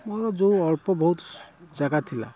ମୋର ଯେଉଁ ଅଳ୍ପ ବହୁତ୍ ଜାଗା ଥିଲା